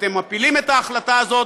אתם מפילים את ההחלטה הזאת,